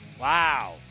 wow